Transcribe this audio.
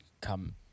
come